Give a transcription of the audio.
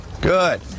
Good